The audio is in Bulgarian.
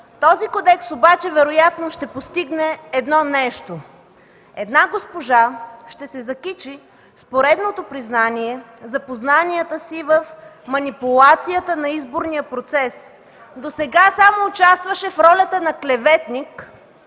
Този кодекс вероятно ще постигне едно нещо – една госпожа ще се закичи с поредното признание за познанията си в манипулацията на изборния процес. Досега само участваше в ролята на клеветник